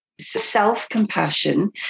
self-compassion